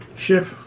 Ship